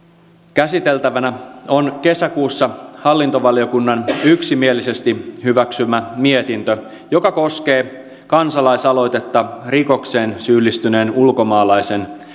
käsiteltävänä on kesäkuussa hallintovaliokunnan yksimielisesti hyväksymä mietintö joka koskee kansalaisaloitetta rikokseen syyllistyneen ulkomaalaisen